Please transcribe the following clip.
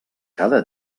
cada